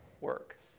work